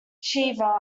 shiva